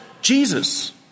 Jesus